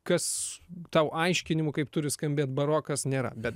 kas tau aiškinimų kaip turi skambėt barokas nėra bet